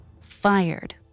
fired